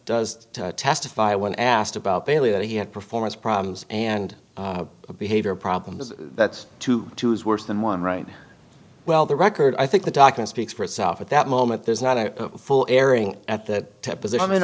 does testify when asked about bailey that he had performance problems and behavior problems that's two two is worse than one right well the record i think the doctor speaks for itself at that moment there's not a full airing at that temp is the